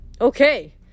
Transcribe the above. Okay